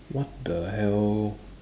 what the hell